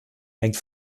hängt